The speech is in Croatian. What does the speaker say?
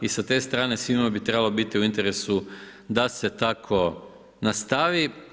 I sa te strane svima bi trebalo biti u interesu da se tako nastavi.